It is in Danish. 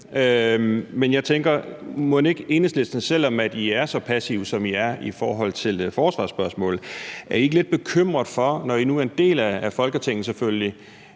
Enhedslisten, selv om I er så passive, som I er, i forhold til forsvarsspørgsmål, er lidt bekymret for, når I nu er en del af Folketinget,